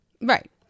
Right